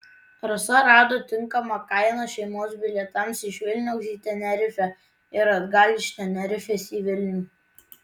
rasa rado tinkamą kainą šeimos bilietams iš vilniaus į tenerifę ir atgal iš tenerifės į vilnių